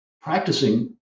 practicing